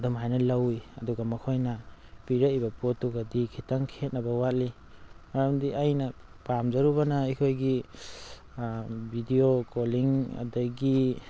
ꯑꯗꯨꯝ ꯍꯥꯏꯅ ꯂꯧꯋꯤ ꯑꯗꯨꯒ ꯃꯈꯣꯏꯅ ꯄꯤꯔꯛꯏꯕ ꯄꯣꯠꯇꯨꯒꯗꯤ ꯈꯤꯇꯪ ꯈꯦꯠꯅꯕ ꯋꯥꯠꯂꯤ ꯃꯔꯝꯗꯤ ꯑꯩꯅ ꯄꯥꯝꯖꯔꯨꯕꯅ ꯑꯩꯈꯣꯏꯒꯤ ꯕꯤꯗꯤꯑꯣ ꯀꯣꯂꯤꯡ ꯑꯗꯨꯗꯒꯤ